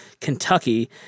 Kentucky